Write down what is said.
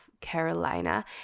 Carolina